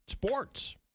Sports